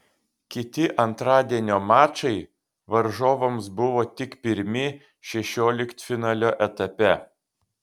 kiti antradienio mačai varžovams buvo tik pirmi šešioliktfinalio etape